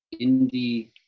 indie